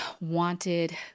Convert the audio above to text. wanted